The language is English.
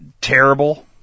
terrible